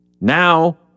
Now